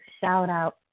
shout-out